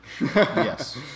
Yes